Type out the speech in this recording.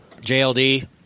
JLD